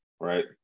right